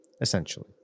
Essentially